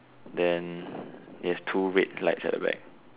then it has two red lights at the back